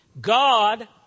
God